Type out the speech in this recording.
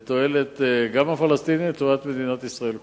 גם לתועלת הפלסטינים ולטובת מדינת ישראל כולה.